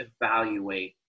evaluate